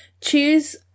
choose